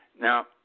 Now